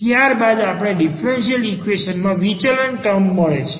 ત્યારબાદ આપણને differential equation માં વિચલન ટર્મ મળે છે